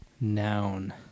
Noun